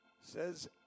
says